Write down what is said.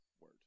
word